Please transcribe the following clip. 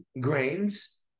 grains